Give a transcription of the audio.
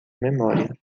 memória